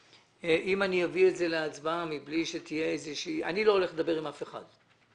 אני לא הולך לדבר עם אף אחד.